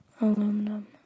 Aluminum